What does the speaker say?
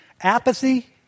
Apathy